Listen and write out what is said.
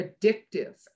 addictive